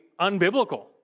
unbiblical